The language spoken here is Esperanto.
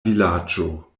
vilaĝo